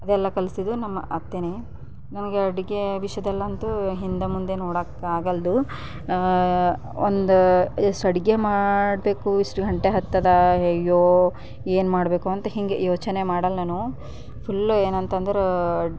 ಅದೆಲ್ಲ ಕಲಿಸಿದ್ರು ನಮ್ಮ ಅತ್ತೆನೇ ನನಗೆ ಅಡುಗೆ ವಿಷಯದಲ್ಲಂತೂ ಹಿಂದೆ ಮುಂದೆ ನೋಡೋಕ್ಕಾಗಲ್ದು ಒಂದು ಎಷ್ಟು ಅಡುಗೆ ಮಾಡಬೇಕು ಇಷ್ಟು ಗಂಟೆ ಹತ್ತಿದೆ ಅಯ್ಯೋ ಏನು ಮಾಡಬೇಕು ಅಂತ ಹೀಗೇ ಯೋಚನೆ ಮಾಡಲ್ಲ ನಾನು ಫುಲ್ಲು ಏನಂತಂದರೆ